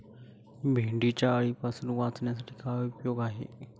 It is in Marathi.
भेंडीला अळीपासून वाचवण्यासाठी काय उपाय आहे?